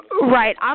Right